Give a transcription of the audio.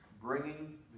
bringing